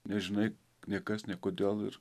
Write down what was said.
nežinai nei kas nei kodėl ir